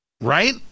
Right